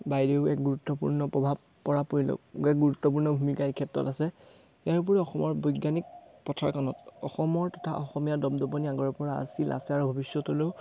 বাইদেউৱে এক গুৰুত্বপূৰ্ণ প্ৰভাৱ পৰা পৰিলক এক গুৰুত্বপূৰ্ণ ভূমিকা এই ক্ষেত্ৰত আছে ইয়াৰোপৰিও অসমৰ বৈজ্ঞানিক পথাৰখনত অসমৰ তথা অসমীয়া দপদপনি আগৰে পৰা আছিল আছে আৰু ভৱিষ্যতলৈও